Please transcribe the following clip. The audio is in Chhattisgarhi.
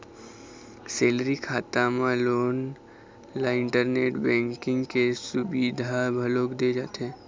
सेलरी खाता म लोगन ल इंटरनेट बेंकिंग के सुबिधा घलोक दे जाथे